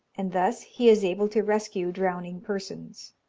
and thus he is able to rescue drowning persons